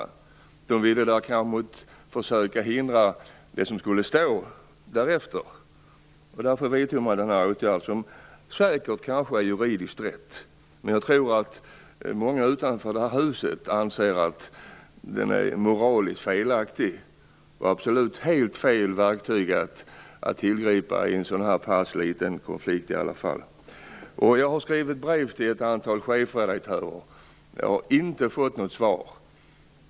Däremot ville de kanske hindra det som skulle stå därefter. Därför vidtog de den här åtgärden, som kanske är juridiskt riktig, men jag tror att många utanför det här huset anser att den är moraliskt felaktig. Det är absolut helt fel verktyg att tillgripa i en så här liten konflikt. Jag har skrivit brev till ett antal chefredaktörer, men jag har inte fått något svar.